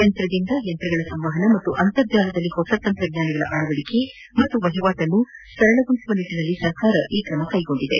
ಯಂತ್ರದಿಂದ ಯಂತ್ರಗಳ ಸಂವಹನ ಅಥವಾ ಅಂತರ್ಜಾಲದಲ್ಲಿ ಹೊಸ ತಂತ್ರಜ್ಞಾನಗಳ ಅಳವಡಿಕೆ ವಹಿವಾಟನ್ನು ಸರಳಗೊಳಿಸುವ ನಿಟ್ಟನಲ್ಲಿ ಸರ್ಕಾರ ಈ ಕ್ರಮ ಕ್ಷೆಗೊಂಡಿದೆ